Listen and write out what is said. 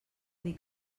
dir